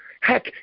heck